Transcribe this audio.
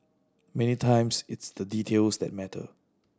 many times it's the details that matter